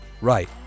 Right